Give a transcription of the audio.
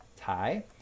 Thai